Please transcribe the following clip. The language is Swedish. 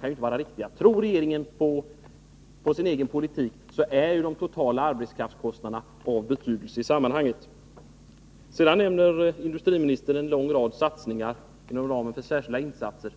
kan inte vara riktiga. Tror regeringen på sin egen politik är de totala arbetskraftskostnaderna av 77 betydelse i sammanhanget. Sedan nämner industriministern en lång rad satsningar inom ramen för Särskilda insatser.